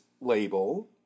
label